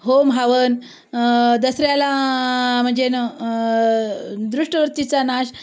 home हवन दसऱ्याला म्हणजे न दृष्टवृत्तीचा नाश